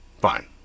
fine